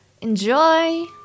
Enjoy